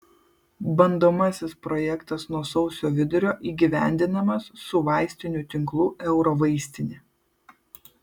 bandomasis projektas nuo sausio vidurio įgyvendinamas su vaistinių tinklu eurovaistinė